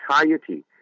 entirety